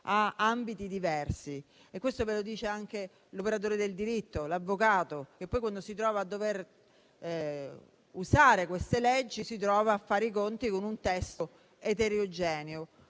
ad ambiti diversi. Questo lo ribadisce anche l'operatore del diritto, l'avvocato, che poi, quando si trova a dover applicare queste leggi, deve fare i conti con un testo eterogeneo,